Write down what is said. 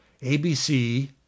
ABC